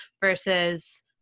versus